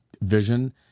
vision